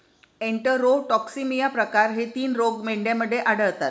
enterotoxaemia प्रकार हे तीन रोग मेंढ्यांमध्ये आढळतात